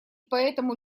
поэтому